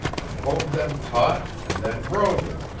and hove them taut and then rode them,